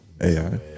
AI